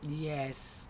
yes